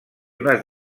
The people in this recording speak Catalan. unes